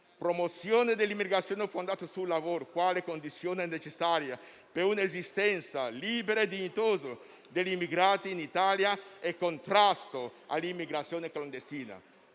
promozione dell'immigrazione fondata sul lavoro, quale condizione necessaria per un'esistenza libera e dignitosa degli immigrati in Italia e contrasto all'immigrazione clandestina;